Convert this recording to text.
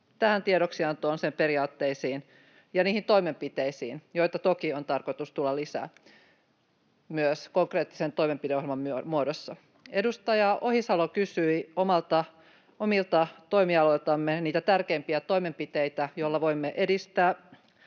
tähän tiedoksiantoon, sen periaatteisiin ja niihin toimenpiteisiin, joita toki on tarkoitus tulla lisää, myös konkreettisen toimenpideohjelman muodossa. Edustaja Ohisalo kysyi omilta toimialoiltamme niitä tärkeimpiä toimenpiteitä, joilla voimme edistää